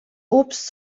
obst